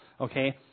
okay